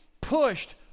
pushed